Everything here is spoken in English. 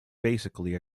basically